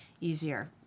easier